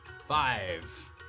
Five